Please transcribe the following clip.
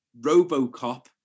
Robocop